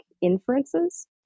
Inferences